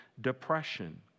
depression